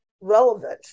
relevant